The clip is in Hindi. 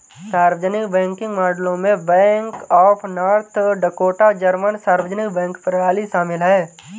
सार्वजनिक बैंकिंग मॉडलों में bank of North Dakota German सार्वजनिक बैंक प्रणाली शामिल है